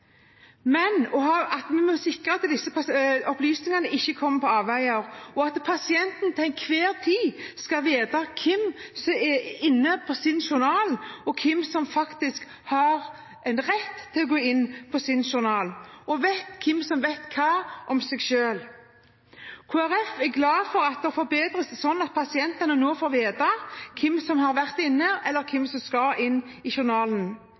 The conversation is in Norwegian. Vi må sikre at disse opplysningene ikke kommer på avveier, og at pasienten til enhver tid skal vite hvem som er inne på journalen, og hvem som har rett til å gå inn på journalen, og vet hvem som vet hva om en selv. Kristelig Folkeparti er glad for at det forbedres, sånn at pasientene nå får vite hvem som har vært inne eller hvem som skal inn i journalen.